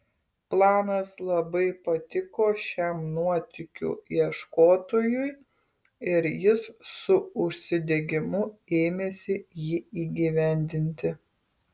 planas labai patiko šiam nuotykių ieškotojui ir jis su užsidegimu ėmėsi jį įgyvendinti